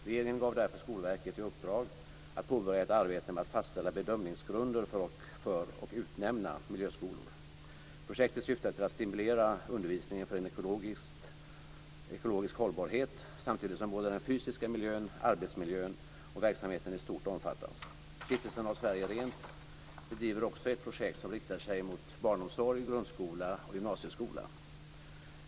Regeringen gav därför Skolverket i uppdrag att påbörja ett arbete med att fastställa bedömningsgrunder för och utnämna miljöskolor. Projektet syftar till att stimulera undervisningen för en ekologisk hållbarhet samtidigt som både den fysiska miljön, arbetsmiljön och verksamheten i stort omfattas. Stiftelsen Håll Sverige Rent bedriver också ett projekt som riktar sig mot barnomsorg, grundskola och gymnasieskola.